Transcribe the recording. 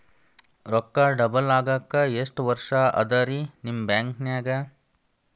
ರೊಕ್ಕ ಡಬಲ್ ಆಗಾಕ ಎಷ್ಟ ವರ್ಷಾ ಅದ ರಿ ನಿಮ್ಮ ಬ್ಯಾಂಕಿನ್ಯಾಗ?